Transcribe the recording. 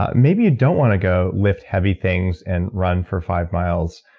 ah maybe you don't want to go lift heavy things and run for five miles,